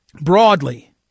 Broadly